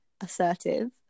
assertive